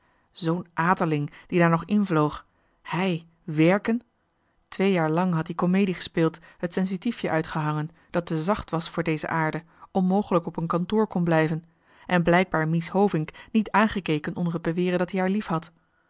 berkemeier zoo'n aterling die daar nog invloog hij werken twee jaar lang had ie komedie gespeeld het sensitiefjen uitgehangen dat te zacht was voor deze aarde onmogelijk op een kantoor kon blijven en blijkbaar mies hovink niet aangekeken onder t beweren dat ie haar liefhad